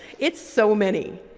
it's so many.